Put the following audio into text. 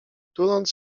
tuląc